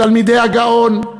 תלמידי הגאון,